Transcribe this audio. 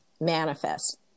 manifest